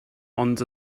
ond